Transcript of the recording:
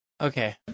Okay